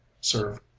Serve